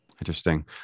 Interesting